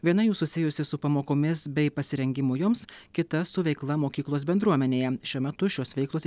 viena jų susijusi su pamokomis bei pasirengimu joms kita su veikla mokyklos bendruomenėje šiuo metu šios veiklos